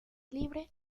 libre